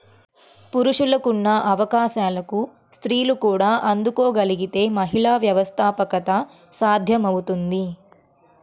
పురుషులకున్న అవకాశాలకు స్త్రీలు కూడా అందుకోగలగితే మహిళా వ్యవస్థాపకత సాధ్యమవుతుంది